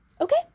okay